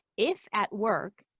if at work,